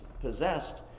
possessed